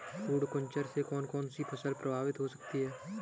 पर्ण कुंचन से कौन कौन सी फसल प्रभावित हो सकती है?